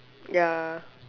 ya